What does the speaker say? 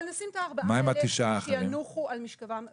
אבל נשים את הארבעה האלה שינוח על משכבם בשלום.